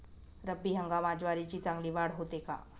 रब्बी हंगामात ज्वारीची चांगली वाढ होते का?